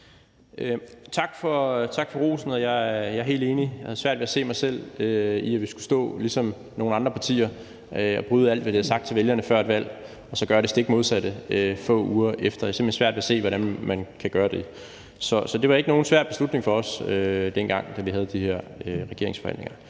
Tak for rosen. Jeg er helt enig, og jeg har svært ved at se mig selv i at skulle stå, ligesom nogle andre partier, og bryde alt, hvad vi har sagt til vælgerne før et valg, og så gøre det stik modsatte få uger efter valget. Jeg har simpelt hen svært ved at se, hvordan man kan gøre det. Så det var ikke nogen svær beslutning for os, dengang da vi havde de her regeringsforhandlinger.